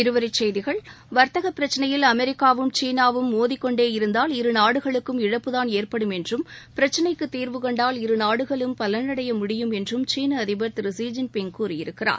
இருவரி செய்திகள் வா்த்தக பிரச்சினையில் அமெரிக்காவும் சீனாவும் மோதிக் கொண்டேயிருந்தால் இரு நாடுகளுக்கும் இழப்புதான் ஏற்படும் என்றும் பிரச்சினைக்கு தீர்வு கண்டால் இரு நாடுகளும் பலனடைய முடியும் என்று சீன அதிபர் ஸீ ஜின் பிங் கூறியிருக்கிறார்